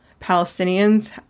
Palestinians